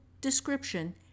description